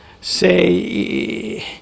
say